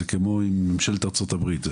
זה כמו ממשלת ארצות הברית,